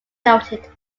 noted